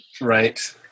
Right